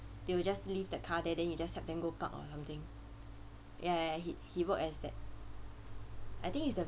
they would just leave the car there then you just help them go park or something ya ya he he worked as that I think it's the